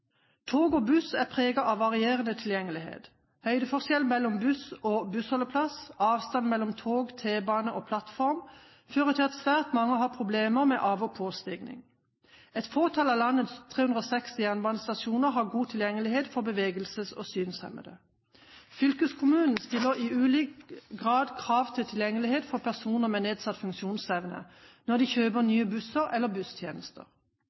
Tog og buss er preget av varierende tilgjengelighet. Høydeforskjell mellom buss og bussholdeplass, avstand mellom tog/T-bane og plattform fører til at svært mange har problemer med av- og påstigning. Et fåtall av landets 360 jernbanestasjoner har god tilgjengelighet for bevegelses- og synshemmede. Fylkeskommunen stiller i ulik grad krav til tilgjengelighet for personer med nedsatt funksjonsevne når de kjøper nye busser eller busstjenester.